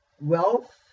wealth